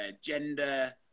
gender